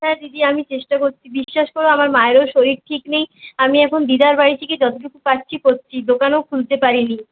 হ্যাঁ দিদি আমি চেষ্টা করছি বিশ্বাস করো আমার মায়েরও শরীর ঠিক নেই আমি এখন দিদার বাড়ি থেকে যতটুকু পারছি করছি দোকানও খুলতে পারিনি